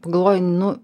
pagalvoju nu